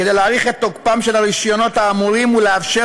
כדי להאריך את תוקפם של הרישיונות האמורים ולאפשר